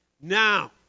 now